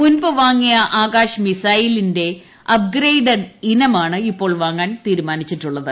മുൻപ് വാങ്ങിയ ആകാശ് മിസൈലിന്റെ അപ്ഗ്രൈഡഡ് ഇനമാണ് ഇപ്പോൾ വാങ്ങാൻ തീരുമാനിച്ചിട്ടുള്ളത്